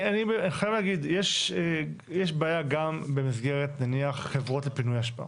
אני חייב להגיד: יש בעיה גם במסגרת חברות לפינוי אשפה,